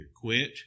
quit